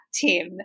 Tim